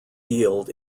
yield